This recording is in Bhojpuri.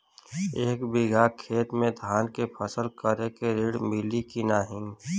एक बिघा खेत मे धान के फसल करे के ऋण मिली की नाही?